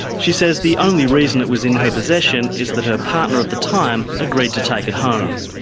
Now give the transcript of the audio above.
she says the only reason it was in her possession is that her partner at the time agreed to take it home.